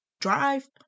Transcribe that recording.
drive